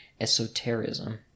esotericism